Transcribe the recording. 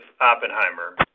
Oppenheimer